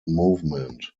movement